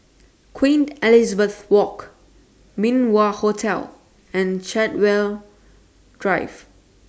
Queen Elizabeth Walk Min Wah Hotel and Chartwell Drive